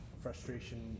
frustration